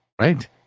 Right